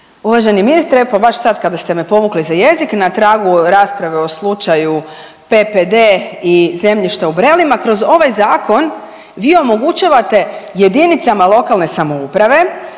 Uvaženi ministre, e pa baš sad kada ste me povukli za jezik na tragu rasprave o slučaju PPD i zemljišta u Brelima kroz ovaj zakon vi omogućavate jedinicama lokalne samouprave